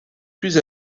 plus